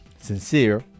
Sincere